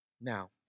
Now